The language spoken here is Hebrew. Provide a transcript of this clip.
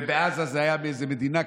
ובעזה זו הייתה איזו מדינה,